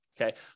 Okay